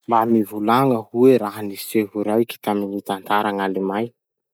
Mba mivolagna hoe raha-niseho raiky tamy gny tantara gn'Alemay?